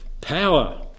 power